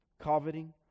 coveting